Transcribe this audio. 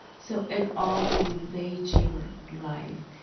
so it all invades your life.